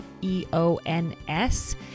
E-O-N-S